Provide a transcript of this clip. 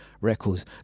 records